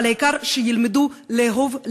אבל העיקר שילמדו לאהוב,